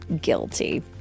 guilty